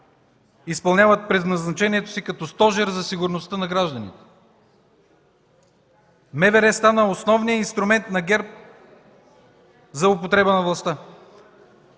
изпълняват предназначението си като стожер за сигурността на гражданите. МВР стана основният инструмент на ГЕРБ за употреба на властта.